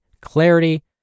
clarity